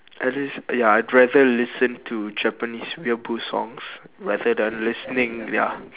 at least ya I rather listen to japanese songs rather then listening ya